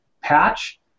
patch